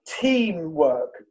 teamwork